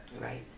Right